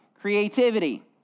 creativity